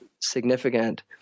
significant